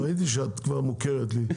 ראיתי שאת מוכרת לי.